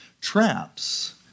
traps